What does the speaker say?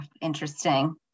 Interesting